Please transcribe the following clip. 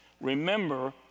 Remember